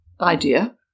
idea